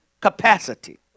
capacity